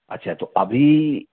अच्छा तो अभी